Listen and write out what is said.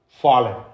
fallen